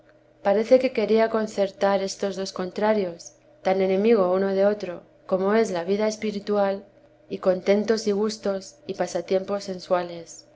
parece que quería concertar estos dos contrarios tan enemigo uno de otro como es vida espiritual y contentos y gustos y pasatiempos sensuales